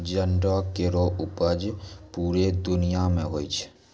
जंडो केरो उपज पूरे दुनिया म होय छै